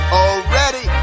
already